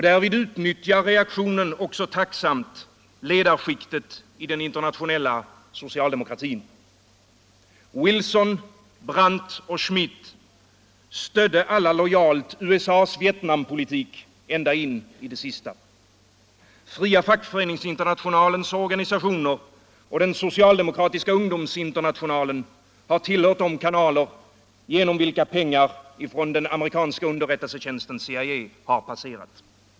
Därvid utnyttjar reaktionen också tacksamt ledarskiktet i den internationella socialdemokratin. Wilson, Brandt och Schmidt stödde alla lojalt USA:s Vietnampolitik ända in i det sista. Fria fackföreningsinternationalens organisationer och den socialdemokratiska ungdomsinternationalen har tillhört de kanaler genom vilka pengar från den amerikanska underrättelsetjänsten — CIA — har passerat.